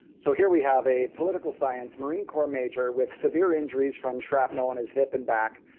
so here we have a political science marine corp major with severe injuries from shrapnel on his hip and back,